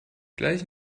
gleich